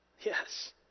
Yes